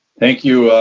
thank you,